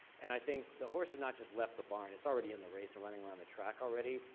and i think the horse has not just left the barn, it's already in the race and running around the track already.